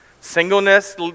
Singleness